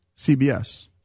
CBS